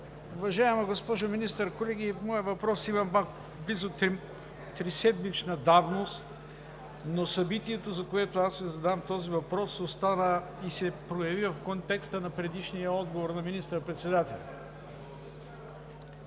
Уважаема госпожо Министър, колеги! Моят въпрос има близо триседмична давност, но събитието, за което аз Ви задавам този въпрос, остана и се прояви в контекста на предишния отговор на министър-председателя.